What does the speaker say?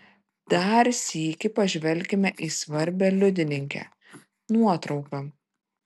dar sykį pažvelkime į svarbią liudininkę nuotrauką